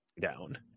down